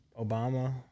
Obama